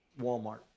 walmart